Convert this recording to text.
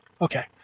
okay